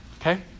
Okay